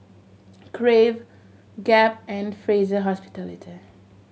Crave Gap and Fraser Hospitality